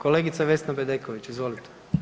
Kolegica Vesna Bedeković, izvolite.